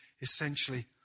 essentially